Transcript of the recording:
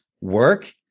work